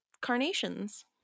carnations